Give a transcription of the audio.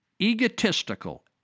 egotistical